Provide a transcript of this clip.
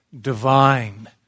Divine